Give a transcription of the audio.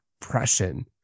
depression